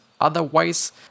otherwise